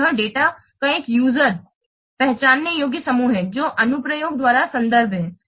तो यह डेटा का एक यूजर पहचानने योग्य समूह है जो अनुप्रयोग द्वारा संदर्भ है